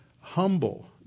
humble